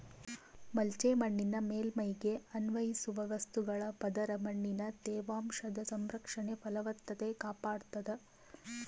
mulch ಮಣ್ಣಿನ ಮೇಲ್ಮೈಗೆ ಅನ್ವಯಿಸುವ ವಸ್ತುಗಳ ಪದರ ಮಣ್ಣಿನ ತೇವಾಂಶದ ಸಂರಕ್ಷಣೆ ಫಲವತ್ತತೆ ಕಾಪಾಡ್ತಾದ